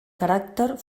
caràcter